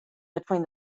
between